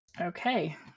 Okay